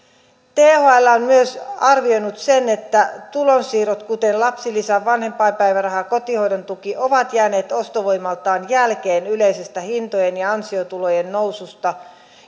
on myös arvioinut että tulonsiirrot kuten lapsilisä vanhempainpäiväraha kotihoidon tuki ovat jääneet ostovoimaltaan jälkeen yleisestä hintojen ja ansiotulojen noususta